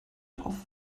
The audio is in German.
auf